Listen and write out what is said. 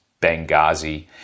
Benghazi